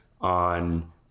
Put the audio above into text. on